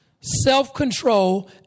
self-control